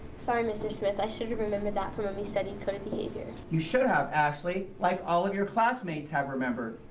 sorry, mr. smith. i should have remembered that from when we studied code of behavior. you should have, ashley, like all of your classmates have remembered.